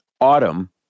autumn